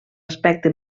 aspecte